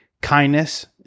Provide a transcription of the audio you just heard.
kindness